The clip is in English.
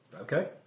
Okay